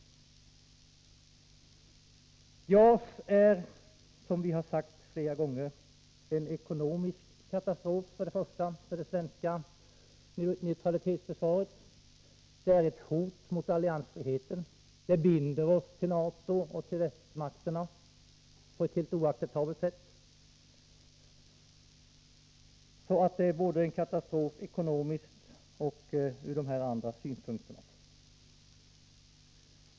JAS är, som vi har sagt flera gånger, en ekonomisk katastrof för det svenska neutralitetsförsvaret. Det är ett hot mot alliansfriheten. Det binder oss till NATO och till västmakterna på ett helt oacceptabelt sätt. Det är alltså en katastrof både ekonomiskt och ur de här andra synpunkterna.